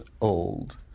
old